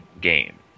game